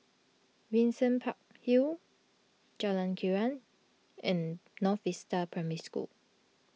Windsor Park Hill Jalan Krian and North Vista Primary School